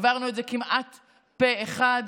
והעברנו את זה כמעט פה אחד.